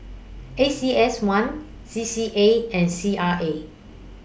A C S one C C A and C R A